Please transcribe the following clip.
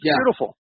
Beautiful